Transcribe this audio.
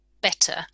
better